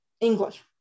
English